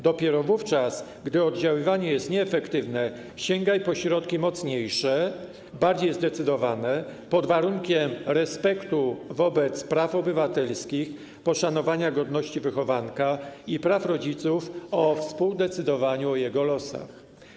Dopiero wówczas, gdy oddziaływanie jest nieefektywne, sięgaj po środki mocniejsze, bardziej zdecydowane, pod warunkiem respektu wobec praw obywatelskich, poszanowania godności wychowanka i praw rodziców o współdecydowaniu o jego losach.